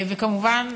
כמובן,